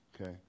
okay